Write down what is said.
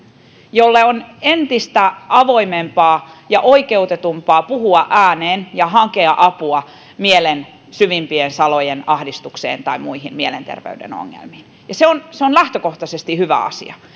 jolle on entistä avoimempaa ja oikeutetumpaa puhua ääneen ja hakea apua mielen syvimpien salojen ahdistukseen tai muihin mielenterveyden ongelmiin ja se on se on lähtökohtaisesti hyvä asia